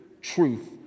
Truth